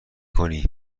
کنی